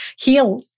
heal